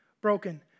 broken